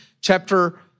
chapter